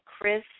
Chris